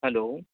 hello